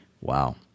wow